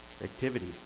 activity